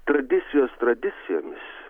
tradicijos tradicijomis